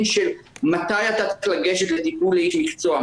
של מתי אתה צריך לגשת לטיפול אצל איש מקצוע,